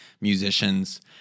musicians